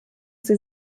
sie